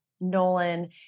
Nolan